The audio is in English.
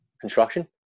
construction